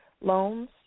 loans